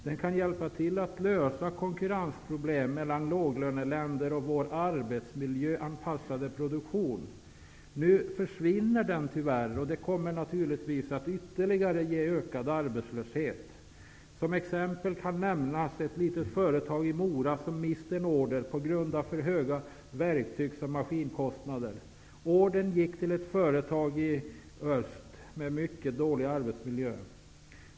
Den kan hjälpa till att lösa konkurrensproblem mellan låglöneländer och vår arbetsmiljöanpassade produktion. Nu försvinner den tyvärr. Det kommer naturligtvis att ge ytterligare ökad arbetslöshet. Som exempel kan nämnas ett litet företag i Mora som mist en order på grund av för höga verktygsoch maskinkostnader. Ordern gick till ett företag i öst med mycket dålig arbetsmiljö.